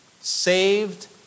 Saved